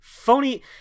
Phony